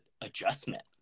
adjustment